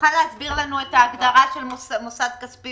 תוכל להסביר לנו את ההגדרה של מוסד כספי